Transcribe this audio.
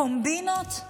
קומבינות?